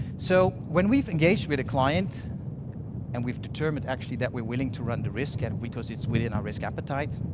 so when we've engaged with a client and we've determined, actually, that we're willing to run the risk and because it's within our risk appetite,